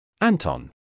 Anton